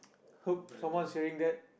hope someone's hearing that